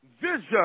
vision